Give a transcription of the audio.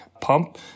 pump